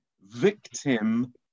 victim